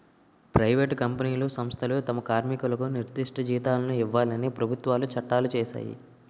private కంపెనీలు సంస్థలు తమ కార్మికులకు నిర్దిష్ట జీతాలను ఇవ్వాలని ప్రభుత్వాలు చట్టాలు చేశాయి